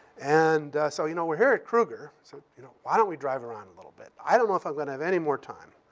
and so, you know, we're here at kruger, so, you know, why don't we drive around a little bit? now, i don't know if i'm gonna have any more time.